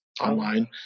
online